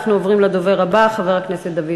אנחנו עוברים לדובר הבא, חבר הכנסת דוד